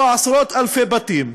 אם לא עשרות-אלפי בתים,